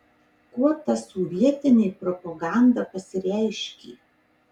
kuo ta sovietinė propaganda pasireiškė